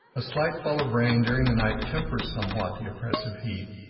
a slight fall of rain during the night tempers somewhat the oppressive heat,